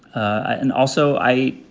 and also, i